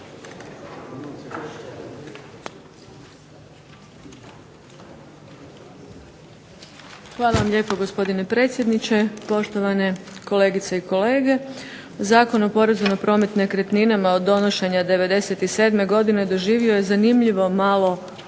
Hvala vam lijepo gospodine predsjedniče, poštovane kolegice i kolege. Zakon o porezu na promet nekretninama od donošenja '97. godine doživio je zanimljivo malo